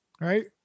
right